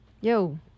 Yo